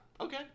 Okay